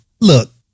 look